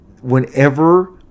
whenever